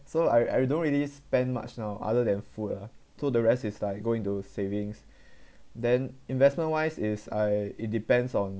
so I I don't really spend much now other than food ah so the rest is like go into savings then investment wise is I it depends on